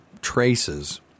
traces